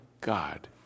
God